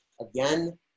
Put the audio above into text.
again